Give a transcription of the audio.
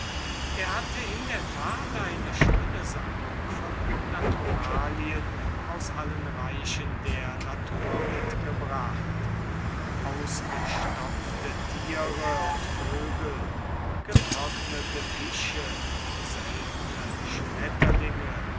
er hatte in der tat eine schöne sammlung von naturalien aus allen reichen der natur ausgestopfte tiere vögel fische schmetterlinge